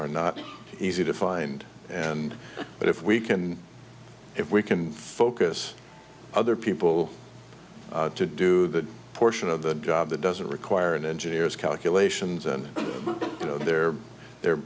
are not easy to find and but if we can if we can focus other people to do the portion of the job that doesn't require an engineers calculations and you know they're the